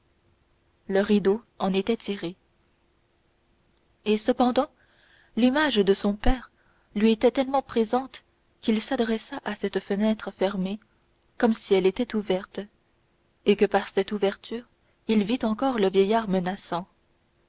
le rideau en était tiré et cependant l'image de son père lui était tellement présente qu'il s'adressa à cette fenêtre fermée comme si elle était ouverte et que par cette ouverture il vit encore le vieillard menaçant